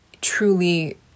truly